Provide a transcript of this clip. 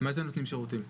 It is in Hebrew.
מה זה נותנים שירותים?